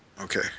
Okay